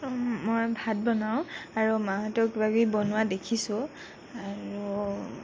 মই ভাত বনাওঁ আৰু মাহঁতেও কিবাকিবি বনোৱা দেখিছোঁ আৰু